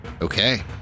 Okay